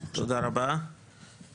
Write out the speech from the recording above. (היו"ר זאב אלקין, 11:56)